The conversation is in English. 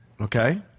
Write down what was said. Okay